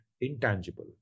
intangible